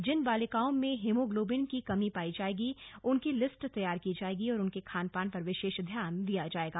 जिन बालिकाओं में हीमोग्लोबिन की कमी पायी जाएगी उनकी लिस्ट तैयार की जाएगी और उनके खानपान पर विशेष ध्यान दिया जायेगा